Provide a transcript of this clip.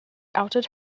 outed